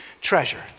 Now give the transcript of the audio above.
treasure